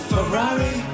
Ferrari